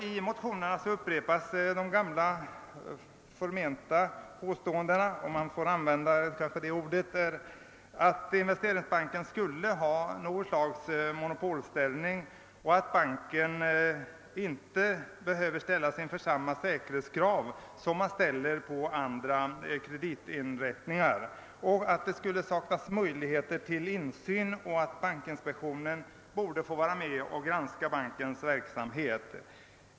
I motionen upprepas de gamla påståendena att Investeringsbanken skulle ha något slags monopolställning och att banken inte behöver uppfylla samma säkerhetskrav som gäller för andra kreditinrättningar, att det skulle saknas möjligheter till insyn och att bankinspektionen borde få granska bankens verksamhet.